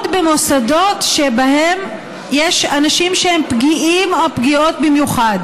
במוסדות שבהם יש אנשים שהם פגיעים או פגיעות במיוחד.